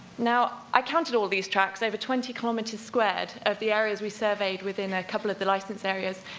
now, i counted all these tracks, over twenty kilometers squared of the areas we surveyed within a couple of the licensed areas,